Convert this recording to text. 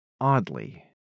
oddly